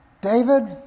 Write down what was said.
David